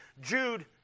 Jude